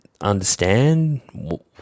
understand